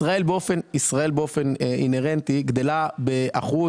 ישראל באופן אינרנטי גדלה באחוז,